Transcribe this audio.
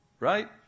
Right